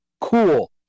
cool